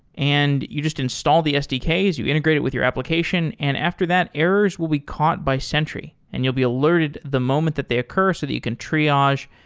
and you just install the sdks. you integrate it with your application. and after that, errors will be caught by sentry and you'll be alerted the moment that they occur so that you can triage,